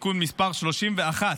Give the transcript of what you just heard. (רישוי) (תיקון מס' 31),